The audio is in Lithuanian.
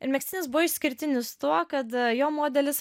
ir megztinis buvo išskirtinis tuo kad jo modelis